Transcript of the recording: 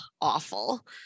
awful